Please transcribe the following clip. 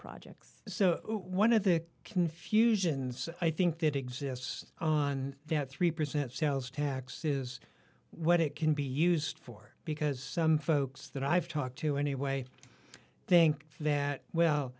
projects so one of the confusions i think that exists on three percent sales tax is what it can be used for because some folks that i've talked to anyway think that well